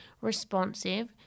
responsive